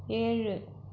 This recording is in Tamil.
ஏழு